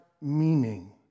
meaning